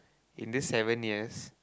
in this seven years